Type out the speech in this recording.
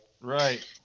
right